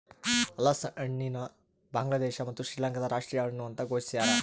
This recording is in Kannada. ಹಲಸಿನಹಣ್ಣು ಬಾಂಗ್ಲಾದೇಶ ಮತ್ತು ಶ್ರೀಲಂಕಾದ ರಾಷ್ಟೀಯ ಹಣ್ಣು ಅಂತ ಘೋಷಿಸ್ಯಾರ